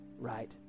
right